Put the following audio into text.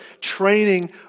training